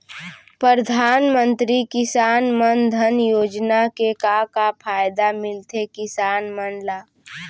परधानमंतरी किसान मन धन योजना के का का फायदा मिलथे किसान मन ला?